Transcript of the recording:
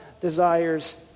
desires